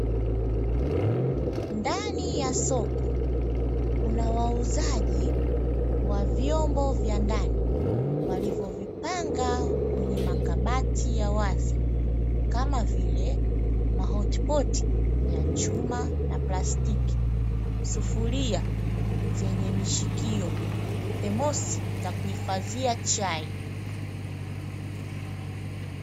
Ndani ya soko kuna wauzaji wa vyombo vya ndani walivyovipanga kwenye makabati kama vile ma hotpot ya chuma na plastiki, sufuria zenye mishikio, themosi za kuhifadhia chai.